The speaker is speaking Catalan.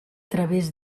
través